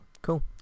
Cool